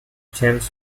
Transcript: james